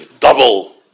double